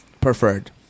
preferred